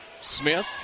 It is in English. Smith